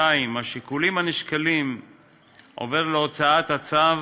2. השיקולים הנשקלים בהוצאת הצו